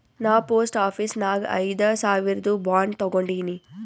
ನಾ post office ನಾಗ್ ಐಯ್ದ ಸಾವಿರ್ದು ಬಾಂಡ್ ತಗೊಂಡಿನಿ